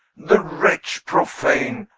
the wretch profane!